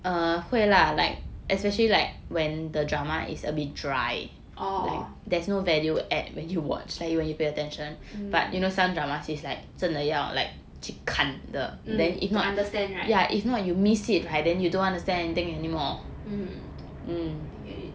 oh mm mm to understand right mm I get it